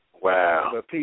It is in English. Wow